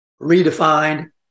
redefined